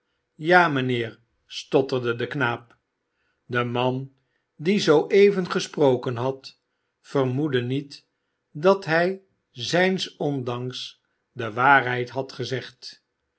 ja mijnheer stotterde de knaap de man die zooeven gesproken had vermoedde niet dat hij zijns ondanks de waarheid had gezegd